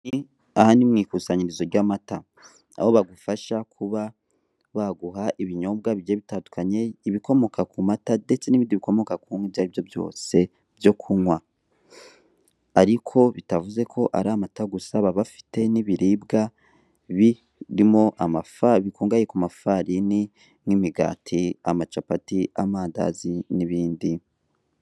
Aha ni mu ikusanyirizo ry'amata aho bagufasha kuba baguha ibinyobwa bigiye bitandukanye ibikomoka ku mata ndetse n'ibindi bikomoka ku nka ibyo ari byo byose byo kunywa, ariko bitavuze ko ari amata gusa baba bafite n'ibiribwa birimo bikungahaye ku ma farini nk'imigati, amacapati, amandazi n'ibindi.